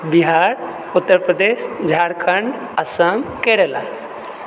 Bihar Uttar Pradesh Jharkhand Assam Kerala